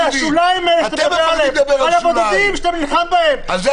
על השוליים האלה שאתה מדבר עליהם -- אתם מתחילים לדבר על שוליים.